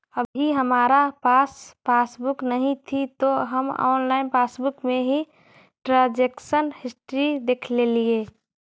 अभी हमारा पास पासबुक नहीं थी तो हम ऑनलाइन पासबुक में ही ट्रांजेक्शन हिस्ट्री देखलेलिये